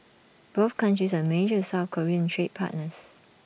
both countries are major south Korean trade partners